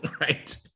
Right